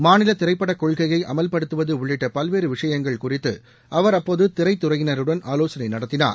மாநில திரைப்படக் கொள்கையை அமல்படுத்துவது உள்ளிட்ட பல்வேறு விஷயங்கள் குறித்து அவர் அப்போது திரைத்துறையினருடன் ஆலோசனை நடத்தினார்